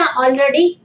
already